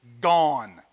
gone